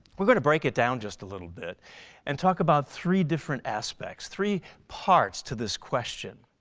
we're going to break it down just a little bit and talk about three different aspects, three parts to this question.